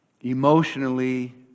emotionally